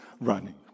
running